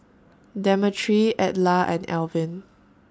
Demetri Edla and Elvin